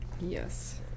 yes